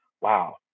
wow